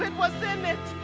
and was in it.